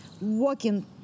walking